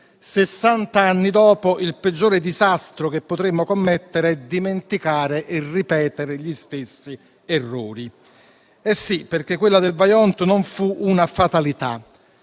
sessant'anni dopo il peggiore disastro che potremmo commettere è dimenticare e ripetere gli stessi errori. Sì, perché quella del Vajont non fu una fatalità,